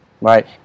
right